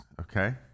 Okay